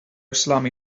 salami